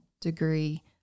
degree